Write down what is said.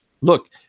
Look